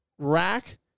rack